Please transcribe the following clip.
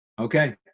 Okay